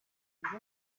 bibiri